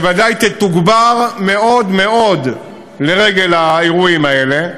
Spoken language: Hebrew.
שוודאי תתוגבר מאוד מאוד לרגל האירועים האלה,